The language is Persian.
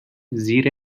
زیر